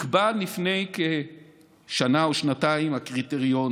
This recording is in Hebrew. לפני כשנה או שנתיים נקבע הקריטריון